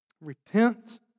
Repent